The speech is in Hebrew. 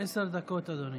עשר דקות, אדוני.